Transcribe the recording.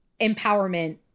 empowerment